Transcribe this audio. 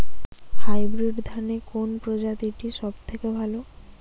Hybrid ধানের কোন প্রজীতিটি সবথেকে ভালো?